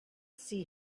see